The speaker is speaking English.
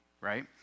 right